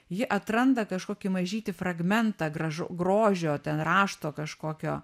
ji atranda kažkokį mažytį fragmentą gražo grožio ten rašto kažkokio